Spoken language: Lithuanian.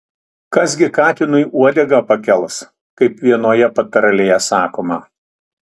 kas gi katinui uodegą pakels kaip vienoje patarlėje sakoma